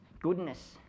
goodness